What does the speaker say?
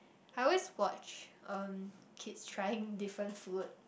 I always watch um kids trying different food